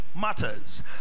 matters